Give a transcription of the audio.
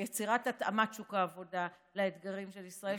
ביצירת התאמת שוק העבודה לאתגרים של ישראל.